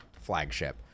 flagship